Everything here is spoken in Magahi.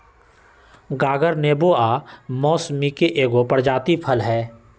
गागर नेबो आ मौसमिके एगो प्रजाति फल हइ